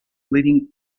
leading